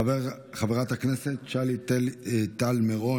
חברת הכנסת שלי טל מירון,